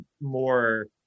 more